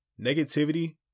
negativity